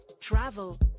travel